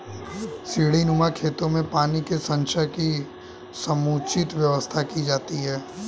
सीढ़ीनुमा खेतों में पानी के संचय की समुचित व्यवस्था की जाती है